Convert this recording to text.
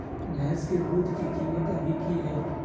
भैंस के दूध के कीमत अभी की हई?